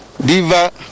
diva